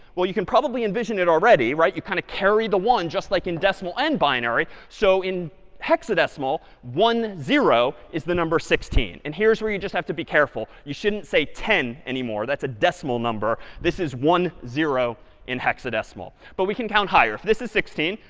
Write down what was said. well, you can probably envision it already, right? you kind of carry the one just like in decimal and binary. so in hexadecimal, one, zero is the number sixteen. and here's where you just have to be careful. you shouldn't say ten anymore. that's a decimal number. this is one, zero in hexadecimal. but we can count higher. if this is sixteen,